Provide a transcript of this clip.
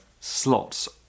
slots